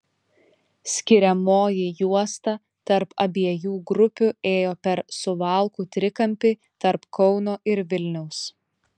skiriamoji juosta tarp abiejų grupių ėjo per suvalkų trikampį tarp kauno ir vilniaus